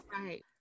right